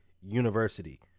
University